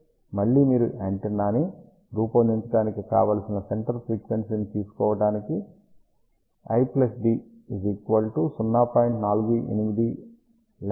కాబట్టి మళ్ళీ మీరు యాంటెన్నా ని రూపొందించడానికి కావలసిన సెంటర్ ఫ్రీక్వెన్సీ ని తీసుకోవటానికి l d 0